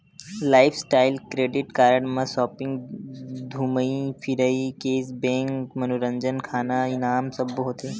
lifestyle credit card म shopping, धूमई फिरई, केस बेंक, मनोरंजन, खाना, इनाम सब्बो होथे